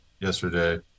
yesterday